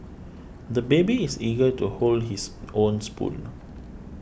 the baby is eager to hold his own spoon